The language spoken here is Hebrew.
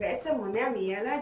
בעצם מונע מילד,